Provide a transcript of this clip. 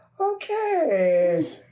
Okay